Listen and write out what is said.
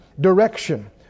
Direction